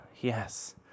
Yes